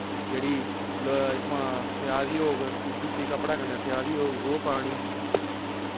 जेह्ड़ी इत्थुआं सेयाई दी होग सूती कपड़े कन्नै सेयाई दी होग ओह् पानी